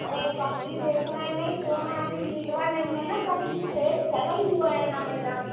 अरे सब्ज़ी बेच रहे नहीं सोना अभी मिल रहा नहीं है ना सब्ज़ी का रेट चढ़ा ही हुआ है ना मेडम